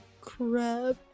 Crap